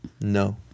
No